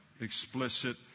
explicit